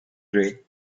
grey